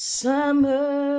summer